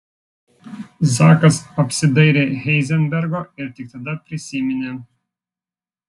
zakas apsidairė heizenbergo ir tik tada prisiminė